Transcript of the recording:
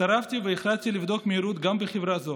הצטרפתי והחלטתי לבדוק את המהירות גם בחברה זו.